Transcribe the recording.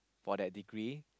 for that degree